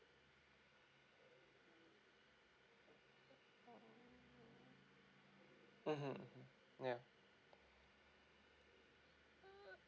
mmhmm yeah